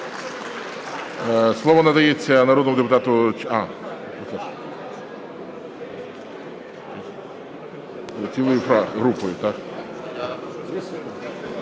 Слово надається народному депутату…